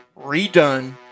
redone